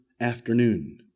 afternoon